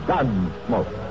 Gunsmoke